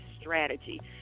strategy